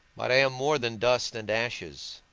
but i am more than dust and ashes